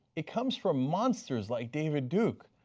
it comes from monsters like david duke.